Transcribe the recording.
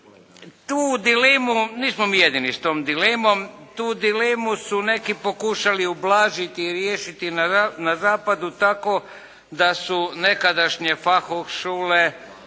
Tu dilemu, nismo mi jedini s tom dilemom. Tu dilemu su neki pokušali ublažiti i riješiti na zapadu tako da su nekadašnje fach schule